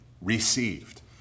Received